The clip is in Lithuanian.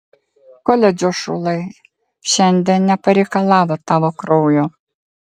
koledžo šulai šiandien nepareikalavo tavo kraujo